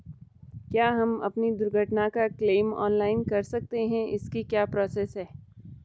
क्या हम अपनी दुर्घटना का क्लेम ऑनलाइन कर सकते हैं इसकी क्या प्रोसेस है?